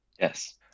Yes